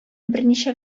берничә